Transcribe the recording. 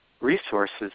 resources